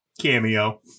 cameo